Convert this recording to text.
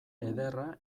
ederra